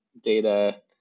data